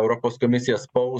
europos komisija spaus